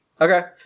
Okay